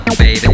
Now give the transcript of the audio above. baby